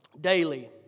daily